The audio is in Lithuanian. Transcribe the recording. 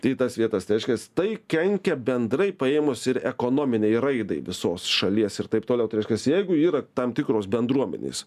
į tai tas vietas tai reiškias tai kenkia bendrai paėmus ir ekonominei raidai visos šalies ir taip toliau tai reiškias jeigu yra tam tikros bendruomenės